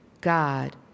God